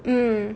mmhmm